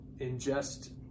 ingest